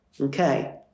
Okay